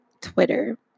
Twitter